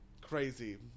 crazy